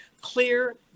clear